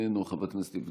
חבר הכנסת סמי אבו